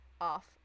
off